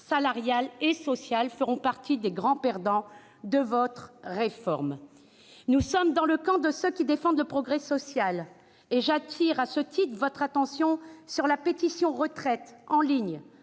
salariales et sociales, feront partie des plus grands perdants de votre réforme. Pour notre part, nous sommes dans le camp de ceux qui défendent le progrès social, et j'attire à ce titre votre attention sur la pétition concernant